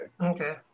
Okay